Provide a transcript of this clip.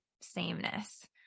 sameness